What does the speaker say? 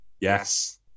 yes